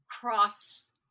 cross